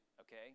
okay